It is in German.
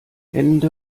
hände